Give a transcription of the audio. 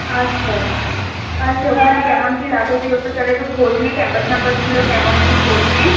আচ্ছা আচ্ছা ওখানে কেমন কী লাগে তুই একবার তাহলে একটু খোঁজ নে ক্যাম্পাস প্যাম্পাসগুলো কেমন একটু খোঁজ নে